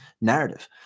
narrative